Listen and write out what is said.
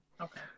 Okay